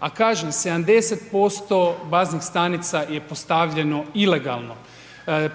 a kažem 70% baznih stanica je postavljeno ilegalno,